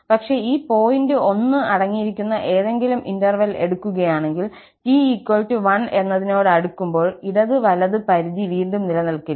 പക്ഷേ ഈ പോയിന്റ് 1 അടങ്ങിയിരിക്കുന്ന ഏതെങ്കിലും ഇന്റർവെൽ എടുക്കുകയാണെങ്കിൽ t 1 എന്നതിനോട് അടുക്കുമ്പോൾ ഇടത് വലത് കൈ പരിധി വീണ്ടും നിലനിൽക്കില്ല